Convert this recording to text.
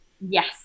yes